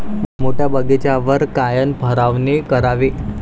मोठ्या बगीचावर कायन फवारनी करावी?